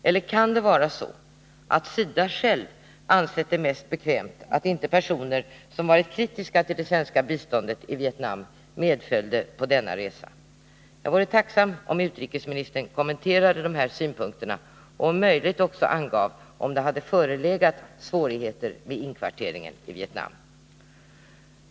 Eller kan det vara så, att SIDA själv ansett det mest bekvämt att personer som varit kritiska till det svenska biståndet i Vietnam inte medföljde på denna resa? Jag vore tacksam om utrikesministern ville kommentera dessa synpunkter och om möjligt också ange om det förelåg svårigheter med inkvarteringen i Vietnam.